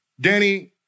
Danny